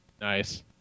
Nice